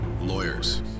lawyers